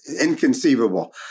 inconceivable